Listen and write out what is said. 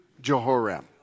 Jehoram